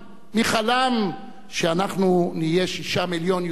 מי חלם שאנחנו נהיה 6 מיליון יהודים